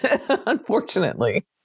unfortunately